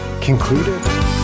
concluded